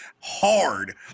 hard